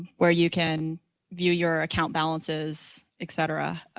where you can view your account balances, et cetera,